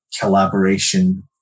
collaboration